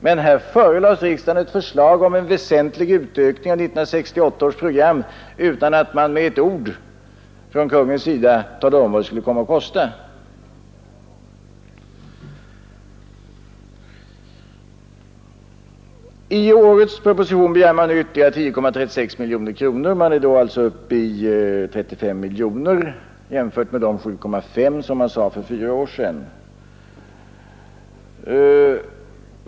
Riksdagen förelades dock ett förslag om en väsentlig utökning av 1968 års program utan att Kungl. Maj:t med ett ord angav vad detta skulle komma att kosta. I årets proposition begär man nu ytterligare 10,36 miljoner kronor, och man är då uppe i 35 miljoner, vilket skall jämföras med de 7,5 miljoner som man uppgav för fyra år sedan.